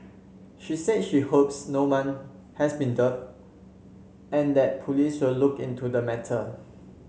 she said she hopes no one has been duped and that police will look into the matter